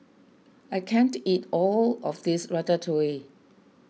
I can't eat all of this Ratatouille